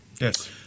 Yes